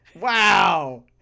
wow